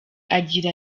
agira